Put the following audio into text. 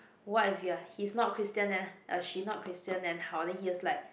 what if you're he's not Christian then uh she not Christian then how then he was like